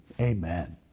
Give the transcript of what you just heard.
amen